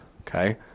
Okay